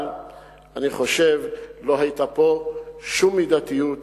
אבל אני חושב שלא היתה שום מידתיות,